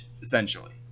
essentially